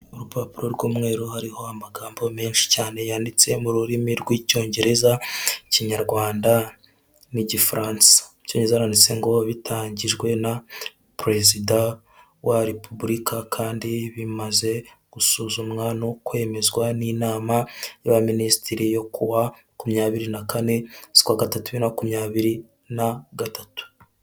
Urupapuro'umweru hariho amagambo menshi cyane yanditse mu rurimi rw'icyongereza iyarwanda n'igifaransa hazaranditse ngo bitangajwe na perezida wa repubulika kandi bimaze gusuzumwa no kwemezwa n'inama y'abaminisitiri yo kuwa makumyabiri na kane z'ukwa gatatu, bibiri na makumyabiri na gatatu.